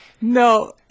no